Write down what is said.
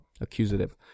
Accusative